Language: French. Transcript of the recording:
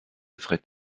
fret